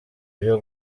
byo